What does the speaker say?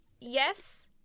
yes